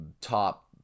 top